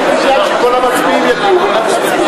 שכל המצביעים, והוא לא מצביע.